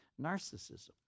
narcissism